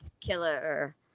killer